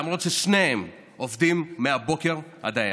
למרות ששני בני הזוג עובדים מהבוקר עד הערב.